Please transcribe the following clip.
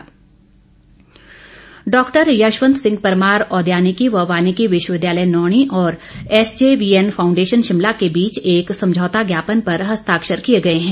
समझौता ज्ञापन डॉक्टर यशवंत सिंह परमार औद्यानिकी व वानिकी विश्वविद्यालय नौणी और एसजेवीएन फांउडेशन शिमला के बीच एक समझौता ज्ञापन पर हस्ताक्षर किए गए हैं